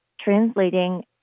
translating